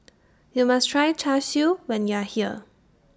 YOU must Try Char Siu when YOU Are here